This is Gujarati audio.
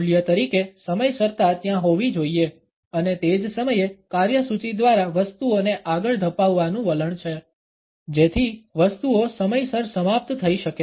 મૂલ્ય તરીકે સમયસરતા ત્યાં હોવી જોઈએ અને તે જ સમયે કાર્યસૂચિ દ્વારા વસ્તુઓને આગળ ધપાવવાનું વલણ છે જેથી વસ્તુઓ સમયસર સમાપ્ત થઈ શકે